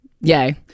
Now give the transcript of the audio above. yay